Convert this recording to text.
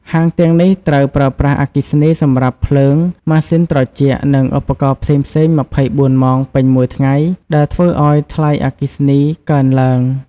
ហាងទាំងនេះត្រូវប្រើប្រាស់អគ្គិសនីសម្រាប់ភ្លើង ម៉ាស៊ីនត្រជាក់ និងឧបករណ៍ផ្សេងៗ ២៤ ម៉ោងពេញមួយថ្ងៃ ដែលធ្វើឲ្យថ្លៃអគ្គិសនីកើនឡើង។